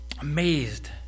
amazed